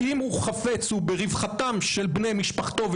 אם הוא חפץ ברווחתם של בני משפחתו,